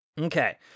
Okay